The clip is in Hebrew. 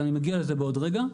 אגיע לזה בעוד רגע.